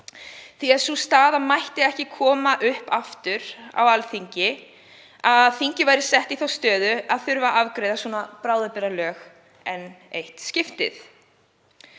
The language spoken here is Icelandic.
því að sú staða mætti ekki koma upp aftur á Alþingi að þingið væri sett í þá stöðu að þurfa að afgreiða slík bráðabirgðalög enn eitt skiptið.